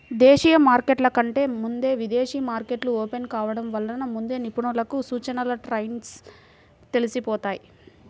దేశీయ మార్కెట్ల కంటే ముందే విదేశీ మార్కెట్లు ఓపెన్ కావడం వలన ముందే నిపుణులకు సూచీల ట్రెండ్స్ తెలిసిపోతాయి